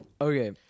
Okay